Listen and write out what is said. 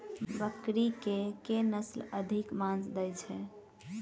बकरी केँ के नस्ल अधिक मांस दैय छैय?